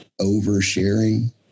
oversharing